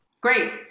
Great